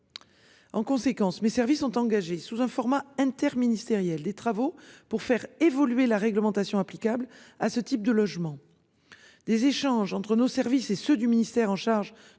En conséquence, mes services ont engagé sous un format interministériel des travaux pour faire évoluer la réglementation applicable à ce type de logement. Des échanges entre nos services et ceux du ministère en charge